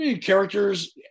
characters